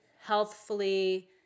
healthfully